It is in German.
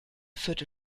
führte